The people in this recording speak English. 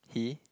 he